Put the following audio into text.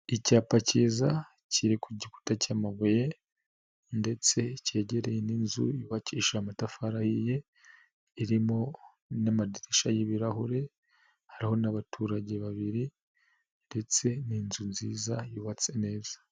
Icyapa kiza kiri ku gikuta cy'amabuye ndetse kegereye n'inzu yubakisha amatafari ahiye irimo n'amadirisha y'ibirahure hari n'abaturage babiri ndetse ni inzu nziza yubatse neza.